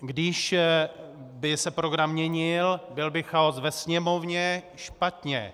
Když by se program měnil, byl by chaos ve Sněmovně špatně.